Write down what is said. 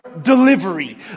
delivery